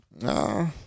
No